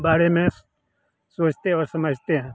बारे में सोचते व समझते हैं